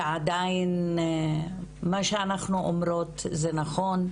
שעדיין מה שאנחנו אומרות זה נכון,